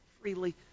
freely